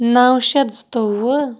نَو شَتھ زٕتووُہ